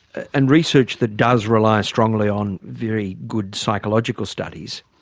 and research that does rely strongly on very good psychological studies,